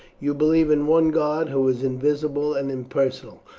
you believe in one god, who is invisible and impersonal,